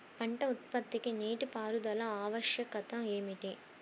పంట ఉత్పత్తికి నీటిపారుదల ఆవశ్యకత ఏమిటీ?